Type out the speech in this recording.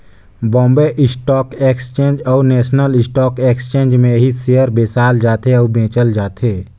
Bombay stock exchange अउ national stock exchange में ही सेयर बेसाल जाथे अउ बेंचल जाथे